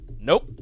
Nope